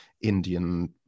Indian